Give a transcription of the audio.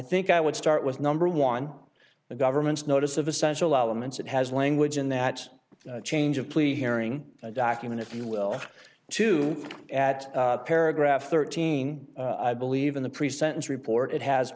think i would start with number one the government's notice of essential elements that has language in that change of plea hearing a document if you will to at paragraph thirteen i believe in the pre sentence report it has